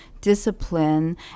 discipline